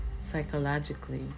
psychologically